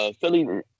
Philly